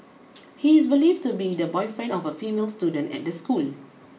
he is believed to be the boyfriend of a female student at the school